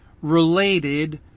related